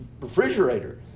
refrigerator